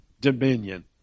dominion